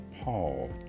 Paul